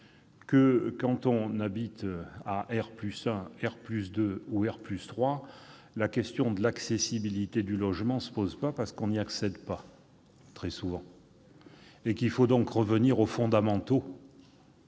lorsque l'on habite à R+1, R+2 ou R+3, la question de l'accessibilité du logement ne se pose pas, parce que l'on n'y accède pas, le plus souvent. Il faut donc revenir aux fondamentaux